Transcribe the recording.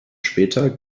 später